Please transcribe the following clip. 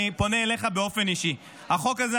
אני פונה אליך באופן אישי: החוק הזה,